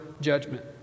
judgment